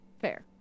Fair